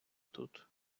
тут